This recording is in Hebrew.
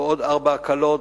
בעוד ארבע הקלות,